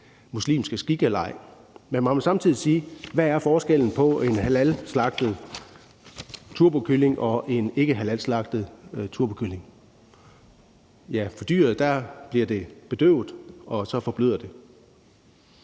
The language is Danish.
muslimske skikke eller ej. Men man må samtidig spørge, hvad forskellen er på en halalslagtet turbokylling og en ikkehalalslagtet turbokylling. Ja, dyret bliver bedøvet, og så forbløder det.